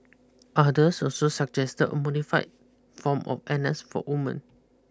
others also suggested a modified form of N S for women